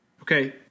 Okay